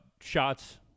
shots